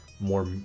more